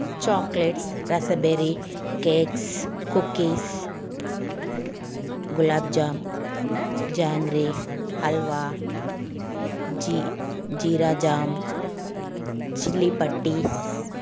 chocolates raspberry cakes cookies gulab jamun jangri halwa జి jeera jam chilli patties